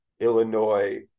Illinois